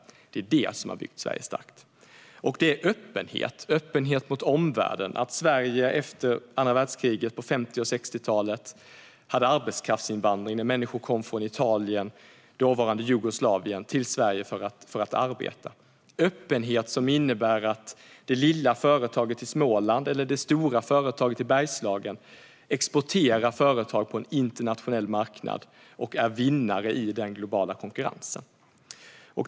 Det är vad som har byggt Sverige starkt. Det handlar om öppenheten mot omvärlden, om att Sverige efter andra världskriget på 50 och 60-talen hade arbetskraftsinvandring och människor kom från Italien och dåvarande Jugoslavien till Sverige för att arbeta. Det är en öppenhet som innebär att det lilla företaget i Småland eller det stora företaget i Bergslagen exporterar på en internationell marknad och är vinnare i den globala konkurrensen.